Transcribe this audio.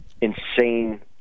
insane